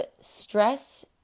stress